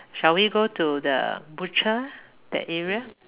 shall we go to the butcher that area